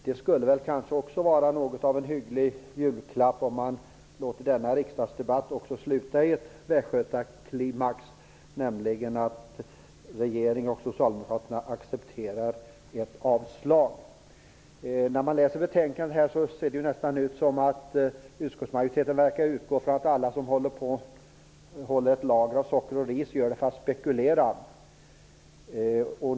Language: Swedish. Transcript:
Det skulle kanske också vara något av en julklapp att låta denna riksdagsdebatt sluta i ett västgötaklimax på så sätt att regeringen och Socialdemokraterna accepterar ett avslag på förslaget. När man läser betänkandet får man nästan den uppfattningen att utskottsmajoriteten utgår från att alla som håller ett lager av socker eller ris gör det för att spekulera.